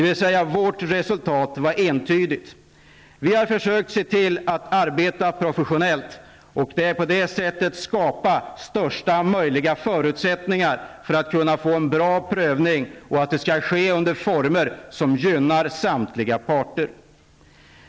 Vårt resultat var entydigt. Vi har försökt arbeta professionellt för att skapa största möjliga förutsättningar för en bra prövning under former som gynnar samtliga parter.